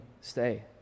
stay